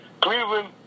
Cleveland